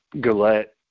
Goulet